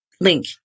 Link